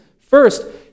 First